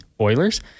oilers